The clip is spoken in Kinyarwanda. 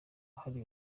hari